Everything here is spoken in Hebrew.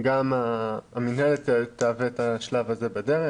גם המינהלת תהווה את השלב הזה בדרך.